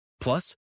Plus